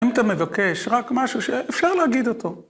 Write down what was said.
‫אם אתה מבקש רק משהו ‫שאפשר להגיד אותו.